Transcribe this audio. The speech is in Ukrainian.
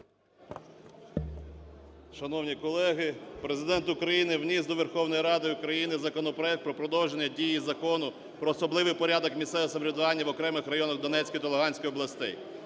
Шановні колеги! Президент України вніс до Верховної Ради України законопроект про продовження дії Закону "Про особливий порядок місцевого самоврядування в окремих районах Донецької та Луганської областей".